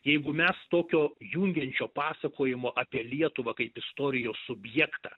jeigu mes tokio jungiančio pasakojimo apie lietuvą kaip istorijos subjektą